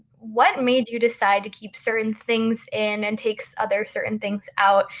what made you decide to keep certain things in and takes other certain things out?